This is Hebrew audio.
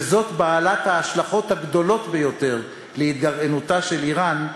וזאת בעלת ההשלכות הגדולות ביותר מהתגרענותה של איראן,